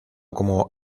como